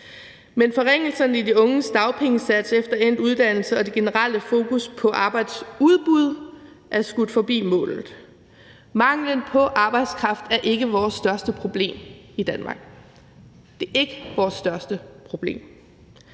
Men forringelserne i de unges dagpengesats efter endt uddannelse og det generelle fokus på arbejdsudbud er skudt forbi målet. Manglen på arbejdskraft er ikke vores største problem i Danmark – det er ikke vores største problem.